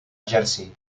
jersey